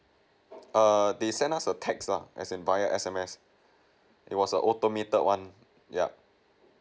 err they sent us a text lah as in via S_M_S it was an automated one yup